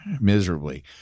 miserably